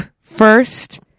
first